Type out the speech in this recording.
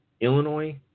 Illinois